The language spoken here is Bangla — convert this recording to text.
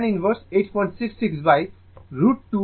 এটি tan ইনভার্স 866√ 210√ 2